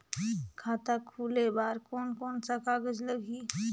खाता खुले बार कोन कोन सा कागज़ लगही?